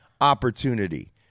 opportunity